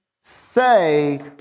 say